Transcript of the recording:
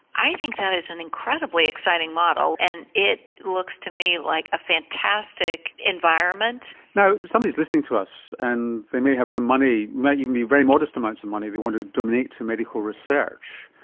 i think that it's an incredibly exciting model and it looks to me like a fantastic environment. now somebody is listening to us and they may have some money, it might even be very modest amounts of money they want to donate to medical research,